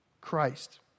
Christ